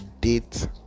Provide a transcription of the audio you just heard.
date